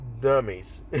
dummies